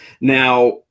Now